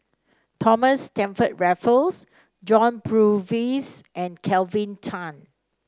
Thomas Stamford Raffles John Purvis and Kelvin Tan